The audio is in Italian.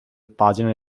pagine